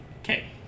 Okay